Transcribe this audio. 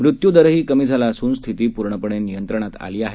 मृत्यूदरहीकमीझालाअसूनस्थितीपूर्णपणेनियंत्रणातआलीआहे